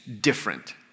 different